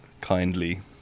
kindly